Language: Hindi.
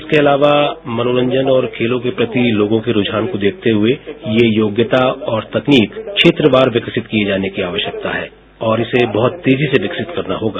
इसके अलावा मनोरंजन और खेलों के प्रति लोगों के रुझान को देखते हुए ये योग्यता और तकनीक क्षेत्रवार विकसित किए जाने की आवश्यकता है और इसे बहुत तेजी से विकसित करना होगा